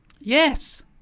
Yes